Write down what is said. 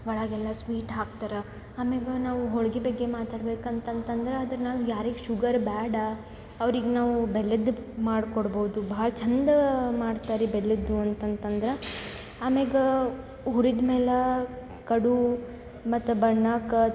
ಒಳಗೆಲ್ಲ ಸ್ವೀಟ್ ಹಾಕ್ತಾರ ಆಮೇಲೆ ನಾವು ಹೋಳ್ಗೆ ಬಗ್ಗೆ ಮಾತಾಡ್ಬೇಕು ಅಂತಂತಂದ್ರೆ ಅದನ್ನು ನಾವು ಯಾರಿಗೆ ಶುಗರ್ ಬೇಡ ಅವ್ರಿಗೆ ನಾವು ಬೆಲ್ಲದ್ದು ಮಾಡ್ಕೋಡ್ಬೌದು ಭಾಳ್ ಚಂದ ಮಾಡ್ತಾರ ರೀ ಬೆಲ್ಲದ್ದು ಅಂತಂತಂದ್ರೆ ಆಮೇಲೆ ಹುರಿದ್ ಮೇಲೆ ಕಡು ಮತ್ತು ಬಣ್ಣಕ